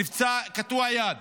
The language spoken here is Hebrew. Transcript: קטוע יד.